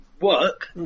work